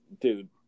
dude